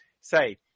say